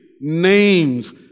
names